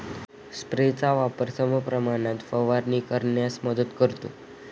स्प्रेयरचा वापर समप्रमाणात फवारणी करण्यास मदत करतो